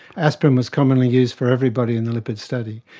aspirin was commonly used for everybody in the lipid study.